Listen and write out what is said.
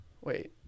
Wait